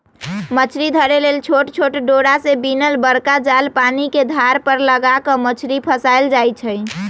मछरी धरे लेल छोट छोट डोरा से बिनल बरका जाल पानिके धार पर लगा कऽ मछरी फसायल जाइ छै